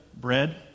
bread